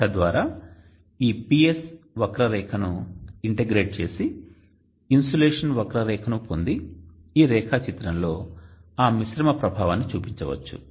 తద్వారా ఈ PS వక్ర రేఖ ను ఇంటిగ్రేట్ చేసి ఇన్సులేషన్ వక్రరేఖ నూ పొంది ఈ రేఖాచిత్రంలో ఆ మిశ్రమ ప్రభావాన్ని చూపించవచ్చు